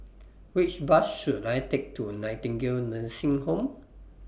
Which Bus should I Take to Nightingale Nursing Home